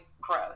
growth